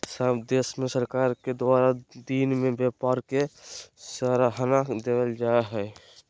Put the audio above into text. सब देश में सरकार के द्वारा दिन के व्यापार के सराहना देवल जा हइ